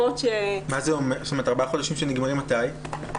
ארבעה חודשים שנגמרים מתי?